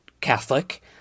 Catholic